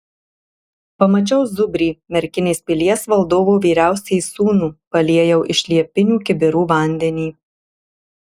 pamačiau zubrį merkinės pilies valdovo vyriausiąjį sūnų paliejau iš liepinių kibirų vandenį